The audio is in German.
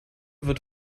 wird